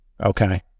Okay